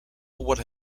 would